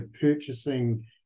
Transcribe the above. purchasing